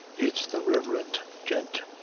it's the reverent gent